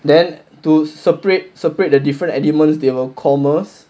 then two separate separate the different elements they will commas